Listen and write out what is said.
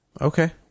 Okay